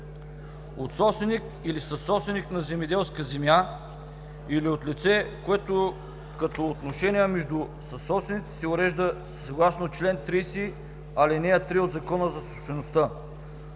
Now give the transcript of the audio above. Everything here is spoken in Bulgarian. от собственик или съсобственик на земеделска земя или от лице, което като отношения между съсобственици се урежда съгласно чл. 30, ал. 3 от Закона за собствеността.